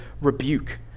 rebuke